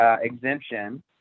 exemption